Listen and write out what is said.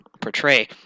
portray